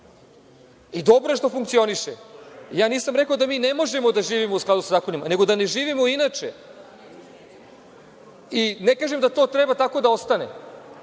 Dobro je što funkcioniše. Nisam rekao da mi ne možemo da živimo u skladu sa zakonima, nego da ne živimo inače. Ne kažem da tako treba da ostane.